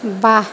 বাহ